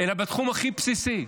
אלא בתחום הכי בסיסי,